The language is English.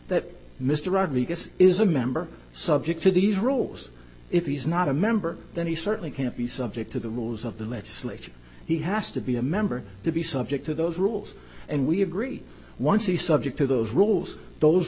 that mr rodriguez is a member subject to these rules if he is not a member then he certainly can't be subject to the rules of the legislature he has to be a member to be subject to those rules and we agree once the subject of those rules those